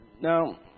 now